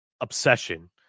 obsession